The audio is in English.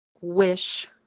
wish